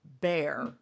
Bear